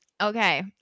Okay